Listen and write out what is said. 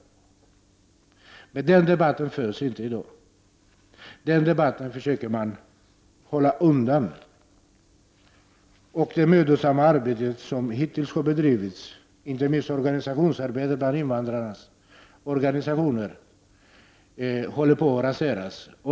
Den debatten förs inte i dag. Den debatten försöker man hålla undan. Det mödosamma arbete som hittills har bedrivits, inte minst inom invandrarnas organisationer, håller på att raseras.